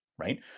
right